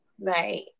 right